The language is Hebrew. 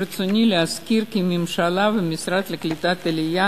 ברצוני להזכיר כי הממשלה והמשרד לקליטת עלייה